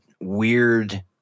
weird